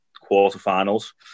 quarter-finals